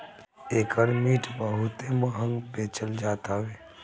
एकर meat बहुते महंग बेचल जात हवे